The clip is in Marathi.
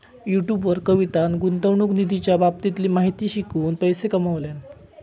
युट्युब वर कवितान गुंतवणूक निधीच्या बाबतीतली माहिती शिकवून पैशे कमावल्यान